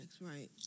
Right